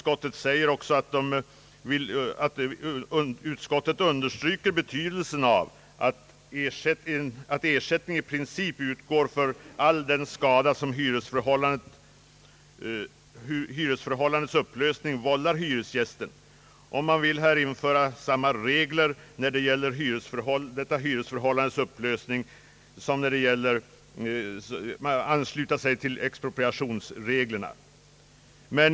Man understryker betydelsen av att ersättning i princip utgår för all den skada som hyresförhållandets upplösning vållar hyresgästen och vill införa regler när det gäller att be räkna ersättningen som ansluter till expropriationslagstiftningen.